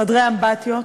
חדרי אמבטיות,